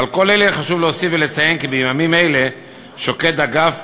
ועל כל אלה חשוב להוסיף ולציין כי בימים אלה שוקד הגף